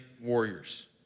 warriors